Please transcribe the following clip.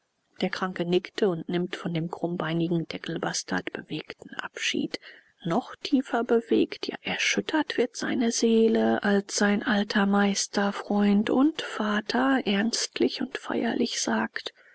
der kranke nickt und nimmt von dem krummbeinigen teckelbastard bewegten abschied noch tiefer bewegt ja erschüttert wird seine seele als sein alter meister freund und vater ernst und feierlich sagt